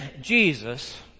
Jesus